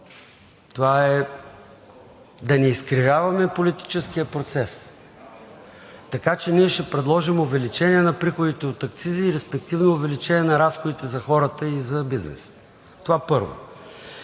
Да не изкривяваме политическия процес. Така че ние ще предложим увеличение на приходите от акцизи и респективно увеличение на разходите за хората и за бизнеса. Това, първо.